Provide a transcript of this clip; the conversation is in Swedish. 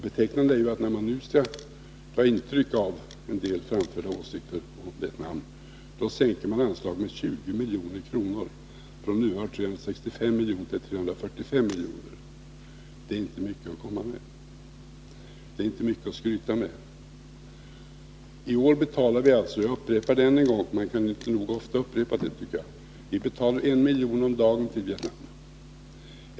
Betecknande är att när man nu skall ta intryck av en del framförda åsikter om Vietnam sänker man anslaget med 20 miljoner — från nuvarande 365 milj.kr. till 345 milj.kr. Det är inte mycket att skryta med! I år betalar vi alltså — jag upprepar det än en gång, för man kan inte upprepa det nog ofta, tycker jag — en miljon om dagen till Vietnam.